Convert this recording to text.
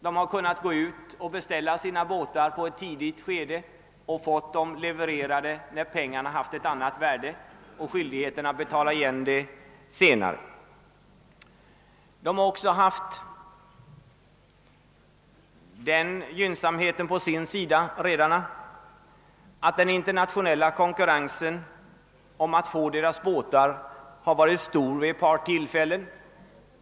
De har kunnat beställa sina båtar i ett tidigt skede och fått dem levererade, när pengarna har haft ett annat värde än när beställningen gjordes. De har också kunnat tillgodogöra sig den gynnsamma faktorn, att den internationella konkurrensen om att få deras båtar har varit stor vid ett par tillfällen.